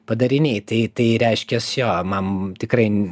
padariniai tai tai reiškiasi jo mam tikrai